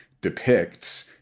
depicts